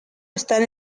están